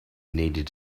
needed